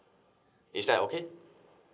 is that okay